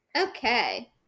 Okay